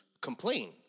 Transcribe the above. complain